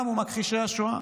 קמו מכחישי השואה,